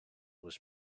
was